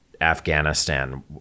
afghanistan